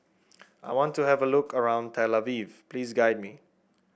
I want to have a look around Tel Aviv please guide me